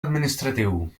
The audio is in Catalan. administratiu